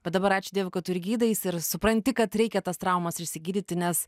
bet dabar ačiū dievui kad tu ir gydais ir supranti kad reikia tas traumas išsigydyti nes